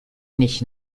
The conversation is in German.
nicht